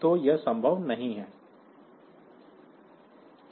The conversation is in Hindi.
तो यह संभव नहीं है